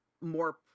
more